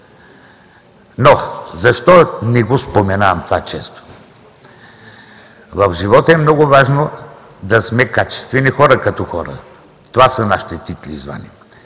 но защо не го споменавам това често? В живота е много важно да сме качествени хора, като хора. Това са нашите титли и звания.